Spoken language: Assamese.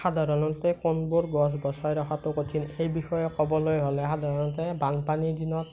সাধাৰণতে বোৰ বচাই ৰখাটো কঠিন সেই বিষয়ে ক'বলৈ হ'লে সাধাৰণতে বানপানীৰ দিনত